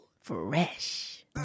Fresh